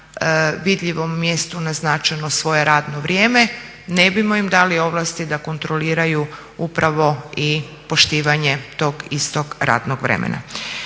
vidljivom mjesto naznačeno svoje radno vrijeme, ne bismo im dali ovlasti da kontroliraju upravo i poštivanje tog istog radnog vremena.